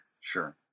Sure